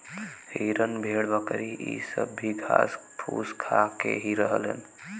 हिरन भेड़ बकरी इ सब भी घास फूस खा के ही रहलन